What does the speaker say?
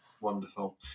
wonderful